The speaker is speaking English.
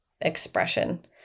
expression